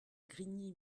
grigny